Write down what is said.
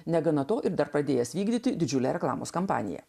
negana to ir dar pradėjęs vykdyti didžiulę reklamos kampaniją